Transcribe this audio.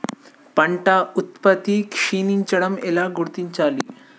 పంట ఉత్పత్తి క్షీణించడం ఎలా గుర్తించాలి?